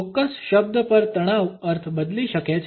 ચોક્કસ શબ્દ પર તણાવ અર્થ બદલી શકે છે